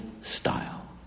style